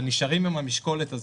אבל נשארים עם המשקולת הזאת,